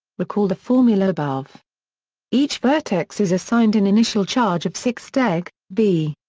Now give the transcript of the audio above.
recall the formula above each vertex is assigned an initial charge of six deg v.